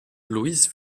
luis